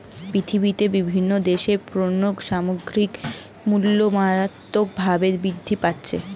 পৃথিবীতে বিভিন্ন দেশের পণ্য সামগ্রীর মূল্য মারাত্মকভাবে বৃদ্ধি পাচ্ছে